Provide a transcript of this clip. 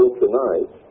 tonight